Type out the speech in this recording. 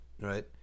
Right